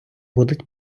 будуть